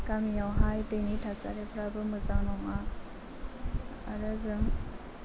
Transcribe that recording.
गामियावहाय दैनि थासारिफोराबो मोजां नङा आरो जों